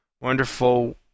Wonderful